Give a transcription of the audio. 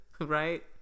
right